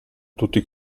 tutti